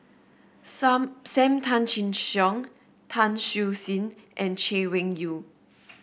Some Sam Tan Chin Siong Tan Siew Sin and Chay Weng Yew